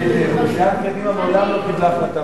סיעת קדימה מעולם לא קיבלה החלטה בעניין הזה.